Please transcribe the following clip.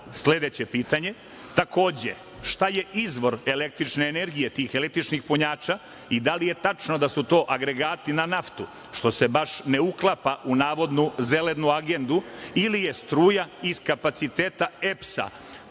dana? Sledeće pitanje, takođe, šta je izvor električne energije tih električnih punjača i da li je tačno da su to agregati na naftu, što se baš ne uklapa u navodu Zelenu agendu ili je struja iz kapaciteta EPS-a